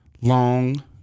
long